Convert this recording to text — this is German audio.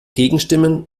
gegenstimmen